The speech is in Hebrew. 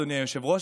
אדוני היושב-ראש,